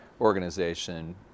organization